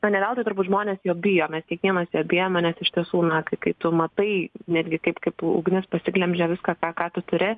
na ne veltui turbūt žmonės jo bijo mes kiekvienas jo bijome nes iš tiesų naktį kai tu matai netgi kaip kaip ugnis pasiglemžia viską ką ką tu turi